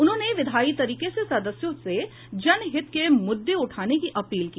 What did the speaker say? उन्होंने विधायी तरीके से सदस्यों से जनहित के मुद्दे उठाने की अपील की